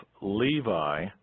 Levi